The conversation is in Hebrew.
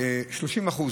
שהפעילות שכן נעשית,